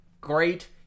great